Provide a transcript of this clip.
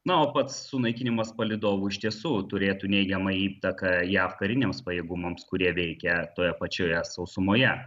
na o pats sunaikinimas palydovų iš tiesų turėtų neigiamą įtaką jav kariniams pajėgumams kurie veikia toje pačioje sausumoje